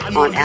on